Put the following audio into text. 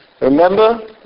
Remember